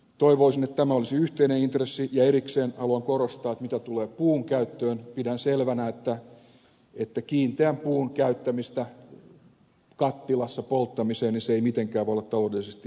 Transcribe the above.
toivoisin että tämä olisi yhteinen intressi ja erikseen haluan korostaa että mitä tulee puunkäyttöön pidän selvänä että kiinteän puun käyttäminen kattilassa polttamiseen ei mitenkään voi olla taloudellisesti järkevää